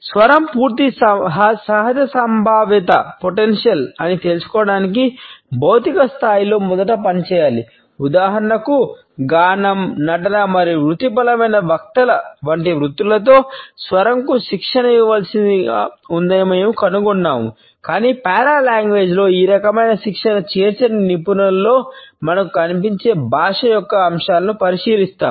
స్వరం పూర్తి సహజ సంభావ్యత ఈ రకమైన శిక్షణను చేర్చని నిపుణులలో మనకు కనిపించే భాష యొక్క అంశాలను పరిశీలిస్తాము